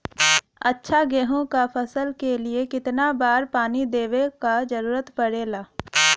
अच्छा गेहूँ क फसल के लिए कितना बार पानी देवे क जरूरत पड़ेला?